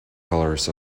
colors